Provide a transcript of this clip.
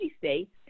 states